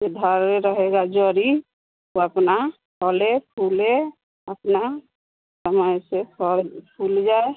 फ़िर धरे रहेगा जोरी वह अपना फले फूले अपना समय से फल फूल जाए